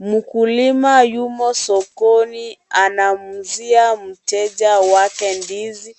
Mkulima yumo sokoni anamuuzia mteja wake ndizi